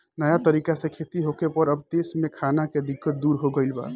नया तरीका से खेती होखे पर अब देश में खाना के दिक्कत दूर हो गईल बा